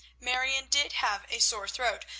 marion did have a sore throat,